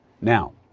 Now